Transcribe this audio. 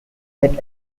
that